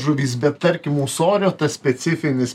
žuvys bet tarkim ūsorio tas specifinis